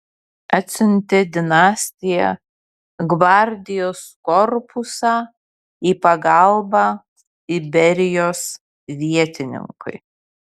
atsiuntė dinastija gvardijos korpusą į pagalbą iberijos vietininkui